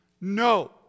No